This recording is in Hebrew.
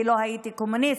כי לא הייתי קומוניסט,